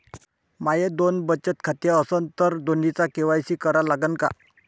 माये दोन बचत खाते असन तर दोन्हीचा के.वाय.सी करा लागन का?